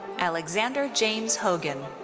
alexander james hogan.